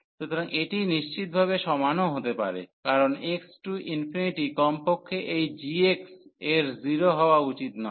সুতরাং এটি নিশ্চিতভাবে সমানও হতে পারে কারণ x→∞ কমপক্ষে এই g এর 0 হওয়া উচিত নয়